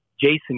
Jason